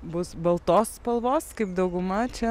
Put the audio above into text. bus baltos spalvos kaip dauguma čia